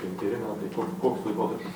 penkeri metai koks koks laikotarpis